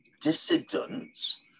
dissidents